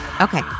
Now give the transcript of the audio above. Okay